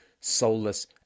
soulless